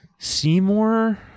Seymour